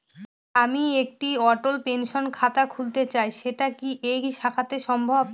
আমি একটি অটল পেনশন খাতা খুলতে চাই সেটা কি এই শাখাতে সম্ভব?